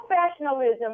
professionalism